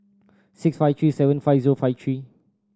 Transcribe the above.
six five three seven five zero five three